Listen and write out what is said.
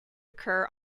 occur